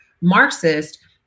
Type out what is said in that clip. Marxist